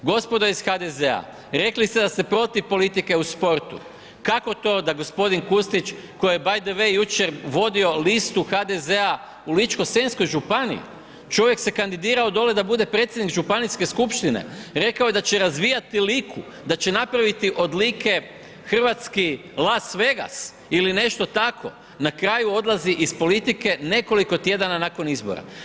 Gospodo iz HDZ-a rekli ste da ste protiv politike u sportu, kako to da g. Kustić koji je btw. jučer vodio listu HDZ-a u ličko-senjskoj županiji, čovjek se kandidirao dole da bude predsjednik županijske skupštine, rekao je da će razvijati Liku, da će napraviti od Like hrvatski Las Vegas ili nešto tako, na kraju odlazi iz politike nekoliko tjedana nakon izbora.